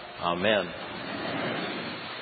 amen